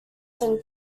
then